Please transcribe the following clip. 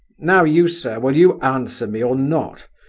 now you, sir, will you answer me or not?